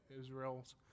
Israel's